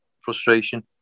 frustration